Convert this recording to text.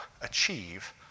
achieve